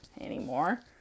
anymore